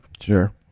Sure